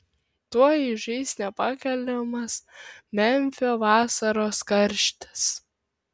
tuoj užeis nepakeliamas memfio vasaros karštis